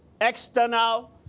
external